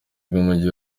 bw’umujyi